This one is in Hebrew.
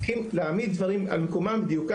צריכים להעמיד דברים על דיוקם,